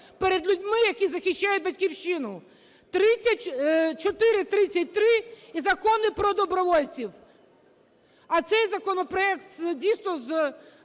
перед людьми, які захищають Батьківщину. 3433 і закони про добровольців. А цей законопроект, дійсно, з